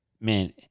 Man